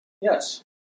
Yes